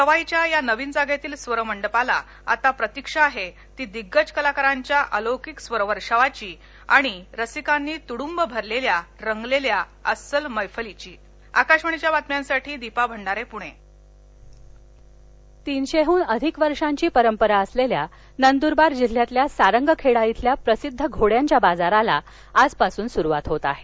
सवाई च्या या नवीन जागेतील स्वर मंडपाला आता प्रतीक्षा आहे ती दिग्गज कलाकारांच्या अलौकिक स्वर वर्षावाची आणि रसिकांनी तुढुंब भरलेल्या रंगलेल्या अस्सल मैफलीची आकाशवाणीच्या बातम्यांसाठी दीपा भंडारे पुणे सांरगखेडा चेतक महोत्सव तीनशेहन अधिक वर्षांची पंरपरा असलेल्या नंदूरबार जिल्यातल्या सांस्गखेडा इथल्या प्रसिध्द घोड्यांच्या बाजाराला आजपासून सुरुवात होत आहे